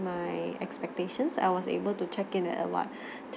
my expectations I was able to check in at err like